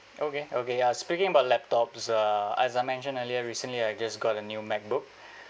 okay okay ya speaking about laptops uh as I mentioned earlier recently I just got a new MacBook